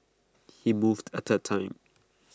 he moved A third time